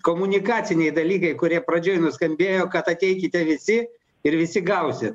komunikaciniai dalykai kurie pradžioj nuskambėjo kad ateikite visi ir visi gausit